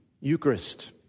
Eucharist